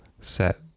set